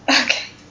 Okay